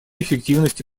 эффективности